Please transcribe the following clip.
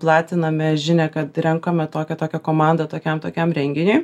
platiname žinią kad renkame tokią tokią komandą tokiam tokiam renginiui